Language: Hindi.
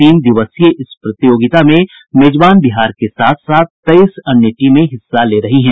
तीन दिवसीय इस प्रतियोगिता में मेजबान बिहार के साथ साथ तेईस अन्य टीमें हिस्सा ले रही है